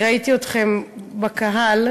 כי ראיתי אתכם בוועדה,